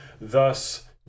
thus